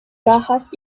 bajas